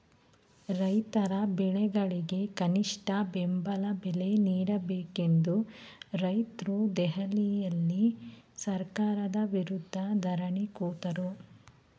ರೈತರ ಬೆಳೆಗಳಿಗೆ ಕನಿಷ್ಠ ಬೆಂಬಲ ಬೆಲೆ ನೀಡಬೇಕೆಂದು ರೈತ್ರು ದೆಹಲಿಯಲ್ಲಿ ಸರ್ಕಾರದ ವಿರುದ್ಧ ಧರಣಿ ಕೂತರು